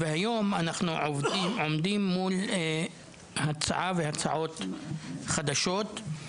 והיום אנחנו עומדים מול הצעה והצעות חדשות.